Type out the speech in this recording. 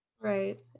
Right